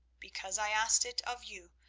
because i asked it of you,